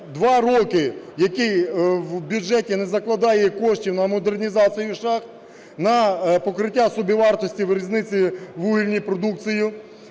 два роки, який в бюджеті не закладає коштів на модернізацію шахт, на покриття собівартості в різниці вугільної продукції,